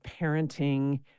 parenting